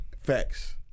Facts